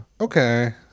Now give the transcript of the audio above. Okay